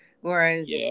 whereas